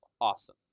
awesome